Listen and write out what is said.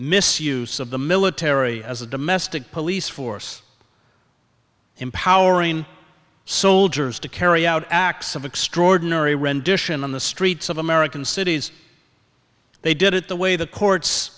misuse of the military as a domestic police force empowering soldiers to carry out acts of extraordinary rendition on the streets of american cities they did it the way the courts